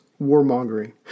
warmongering